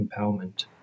empowerment